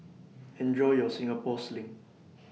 Enjoy your Singapore Sling